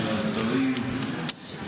השרים,